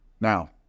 now